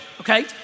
Okay